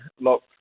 look